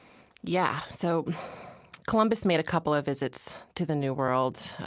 yeah so columbus made a couple of visits to the new world.